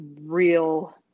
real